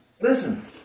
Listen